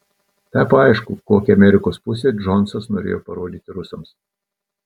tapo aišku kokią amerikos pusę džonsas norėjo parodyti rusams